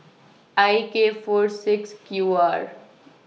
I K four six Q R